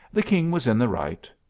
the king was in the right,